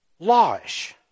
Lawish